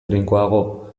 trinkoago